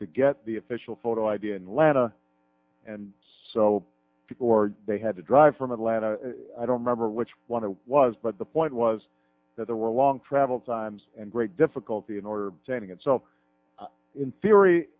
to get the official photo id and lana and so before they had to drive from atlanta i don't remember which one it was but the point was that there were long travel times and great difficulty in order to get so in theory